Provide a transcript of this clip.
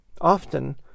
Often